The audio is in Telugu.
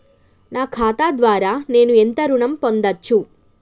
నా ఖాతా ద్వారా నేను ఎంత ఋణం పొందచ్చు?